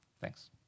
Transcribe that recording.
Thanks